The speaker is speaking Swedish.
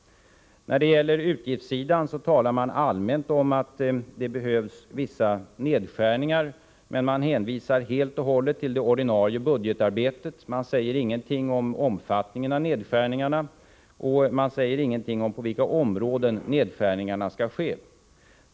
På utgiftssidan talar regeringen allmänt om att det behöver göras vissa nedskärningar, men man hänvisar helt och hållet till det ordinarie budgetarbetet. Man säger ingenting om omfattningen av nedskärningarna och ingenting om på vilka områden de skall göras.